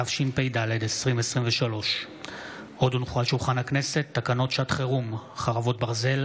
התשפ"ד 2023. עוד הונחו על שולחן הכנסת תקנות שעת חירום (חרבות ברזל)